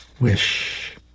Wish